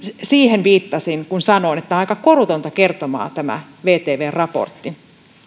siihen viittasin kun sanoin että on aika korutonta kertomaa tämä vtvn raportti